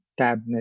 TabNet